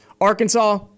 Arkansas